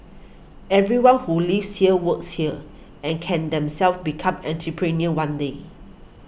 everyone who lives here works here and can themselves become entrepreneurs one day